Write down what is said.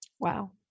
Wow